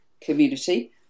community